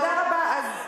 תודה רבה.